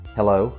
Hello